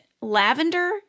Lavender